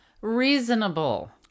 reasonable